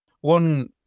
One